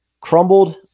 crumbled